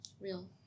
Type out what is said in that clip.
Real